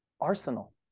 arsenal